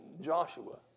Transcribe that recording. Joshua